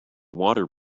water